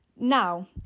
Now